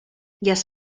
yes